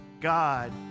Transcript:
God